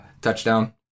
touchdown